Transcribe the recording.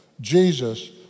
Jesus